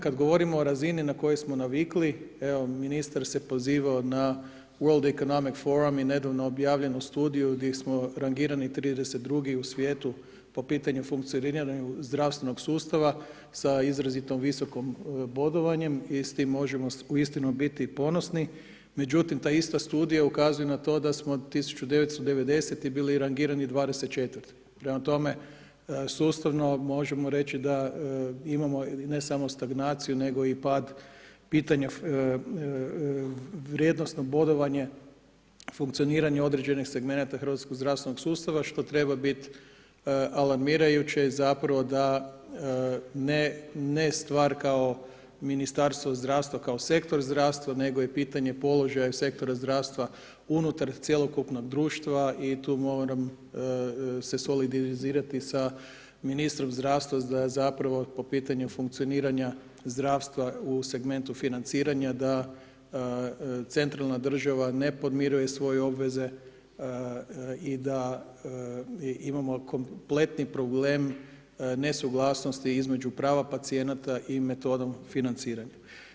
Kad govorimo o razini na koju smo navikli evo ministar se pozivao World economic forum i nedavno objavljenu studiju gdje smo rangirani 32 u svijetu po pitanju funkcioniranja zdravstvenog sustava, sa izrazito visokim bodovanjem i s tim možemo uistinu biti ponosi, međutim ta ista studija ukazuje na to smo od 1990. bili rangirani 24-ti, prema tome sustavno možemo reći imamo ne samo stagnaciju nego i pad pitanja vrijednosno bodovanje funkcioniranje određenih segmenata hrvatskog zdravstvenog sustava, što treba biti alarmirajuće, zapravo da ne stvar kao Ministarstvo zdravstva kao sektor zdravstva, nego je pitanje položaja u sektoru zdravstva unutar cjelokupnog društva i tu moram se solidarizirati sa ministrom zdravstva zapravo po pitanju funkcioniranja zdravstva u segmentu financiranja da centralna država ne podmiruje svoje obveze i da imamo kompletni problem nesuglasnosti između prava pacijenata i metodom financiranja.